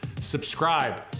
subscribe